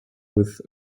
with